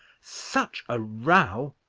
such a row!